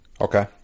Okay